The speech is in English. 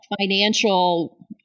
financial